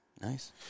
Nice